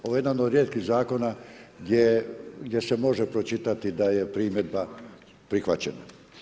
Ovo je jedan od rijetkih zakona gdje se može pročitati da je primjedba prihvaćena.